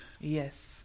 Yes